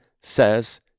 says